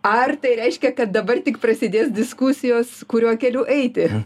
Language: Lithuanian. ar tai reiškia kad dabar tik prasidės diskusijos kuriuo keliu eiti